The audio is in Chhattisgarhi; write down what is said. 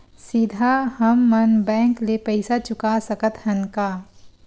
सीधा हम मन बैंक ले पईसा चुका सकत हन का?